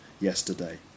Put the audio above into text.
yesterday